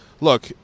Look